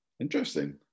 Interesting